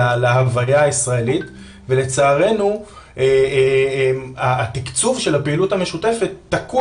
להוויה הישראלית' ולצערנו התקצוב של הפעילות המשותפת תקוע